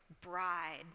bride